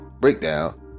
breakdown